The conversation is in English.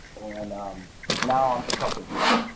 and now i'm just helping people,